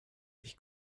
ich